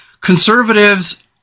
conservatives